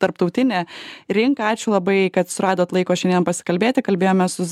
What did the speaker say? tarptautinę rinką ačiū labai kad suradot laiko šiandien pasikalbėti kalbėjomės su